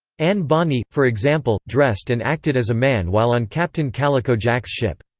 anne bonny, for example, dressed and acted as a man while on captain calico jack's ship.